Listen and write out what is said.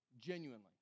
genuinely